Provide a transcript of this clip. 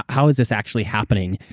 how is this actually happening?